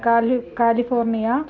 Kali California